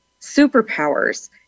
superpowers